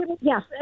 Yes